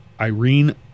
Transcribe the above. Irene